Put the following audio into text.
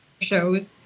shows